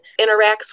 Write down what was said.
interacts